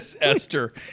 Esther